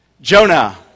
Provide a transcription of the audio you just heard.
Jonah